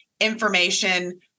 information